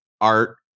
art